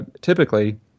typically